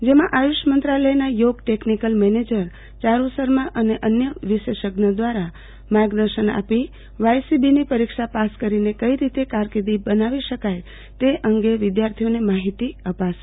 જેમાં આયુષ મંત્રાલયના યોગ ટેકનિકલ મેનેજર ચારૂ શર્મા અને અન્ય વિશેષજ્ઞ દ્રારા માર્ગદર્શન આપી વાયસીબીની પરીક્ષા પાસ કરીને કઈ રીતે કારકિર્દી બનાવી શકાય તે અંગે વિધાર્થીઓને માહિતી આપશે